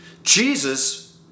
Jesus